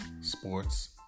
sports